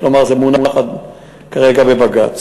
כלומר זה מונח כרגע בבג"ץ.